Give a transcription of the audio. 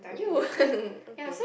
!eww! okay